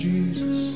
Jesus